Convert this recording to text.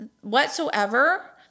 whatsoever